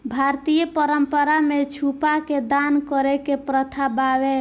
भारतीय परंपरा में छुपा के दान करे के प्रथा बावे